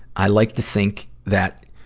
i like to think that